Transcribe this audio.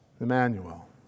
Emmanuel